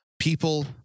people